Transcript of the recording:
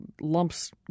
lumps